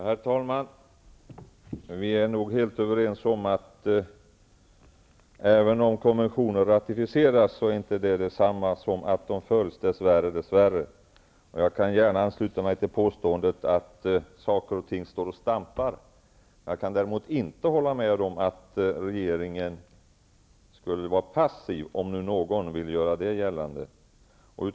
Herr talman! Vi är nog helt överens om att även om konventioner ratificeras är det dess värre inte liktydigt med att de följs. Jag ansluter mig gärna till påståendet att detta står och stampar. Jag kan däremot inte hålla med om att regeringen skulle vara passiv -- om nu någon vill göra det gällande.